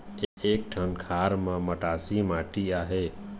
एक ठन खार म मटासी माटी आहे?